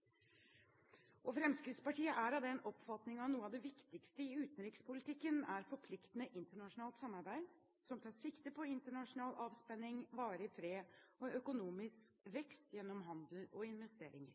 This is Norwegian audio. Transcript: mener. Fremskrittspartiet er av den oppfatning at noe av det viktigste i utenrikspolitikken er forpliktende internasjonalt samarbeid som tar sikte på internasjonal avspenning, varig fred og økonomisk vekst gjennom handel og investeringer.